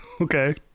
Okay